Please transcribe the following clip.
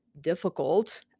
difficult